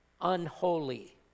Unholy